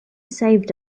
saved